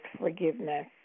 forgiveness